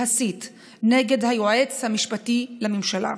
להסית נגד היועץ המשפטי לממשלה.